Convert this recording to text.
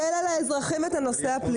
רוצים להקל על האזרחים את הנושא הפלילי.